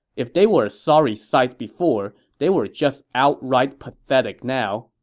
if they were a sorry sight before, they were just outright pathetic now.